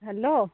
hello